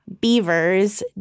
Beavers